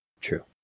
True